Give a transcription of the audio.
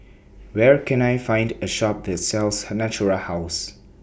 Where Can I Find A Shop that sells Natura House